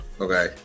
Okay